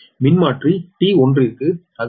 மின்மாற்றி T1 க்கு அது j0